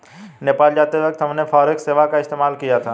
नेपाल जाते वक्त हमने फॉरेक्स सेवा का इस्तेमाल किया था